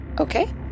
Okay